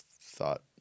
thought